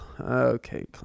Okay